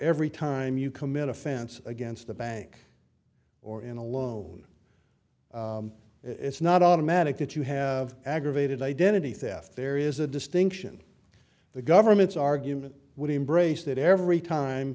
every time you commit offense against a bank or in a loan it's not automatic that you have aggravated identity theft there is a distinction the government's argument would embrace that every time